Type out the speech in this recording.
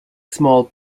small